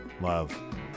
love